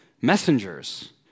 messengers